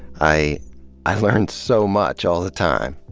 i i learn so much. all the time.